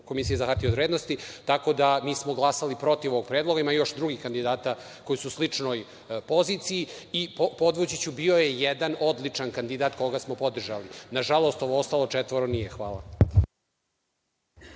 Komisije za hartije od vrednosti. Tako da mi smo glasali protiv ovog predloga. Ima još drugih kandidata koji su u sličnoj poziciji i podvući ću, bio je jedan odličan kandidat koga smo podržali. Nažalost, ostalo četvoro nije. Hvala.